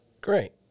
Great